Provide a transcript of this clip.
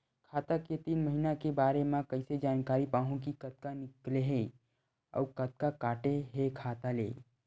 खाता के तीन महिना के बारे मा कइसे जानकारी पाहूं कि कतका निकले हे अउ कतका काटे हे खाता ले?